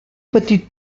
petit